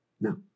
No